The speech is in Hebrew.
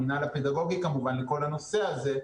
המינהל הפדגוגי כמובן עם כל הנושא הזה,